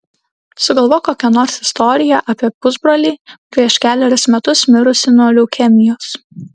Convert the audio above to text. sugalvok kokią nors istoriją apie pusbrolį prieš kelerius metus mirusį nuo leukemijos